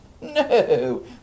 No